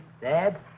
Dad